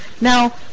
now